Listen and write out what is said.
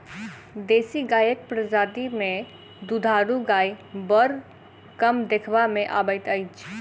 देशी गायक प्रजाति मे दूधारू गाय बड़ कम देखबा मे अबैत अछि